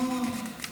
סניף